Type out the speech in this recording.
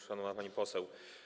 Szanowna Pani Poseł!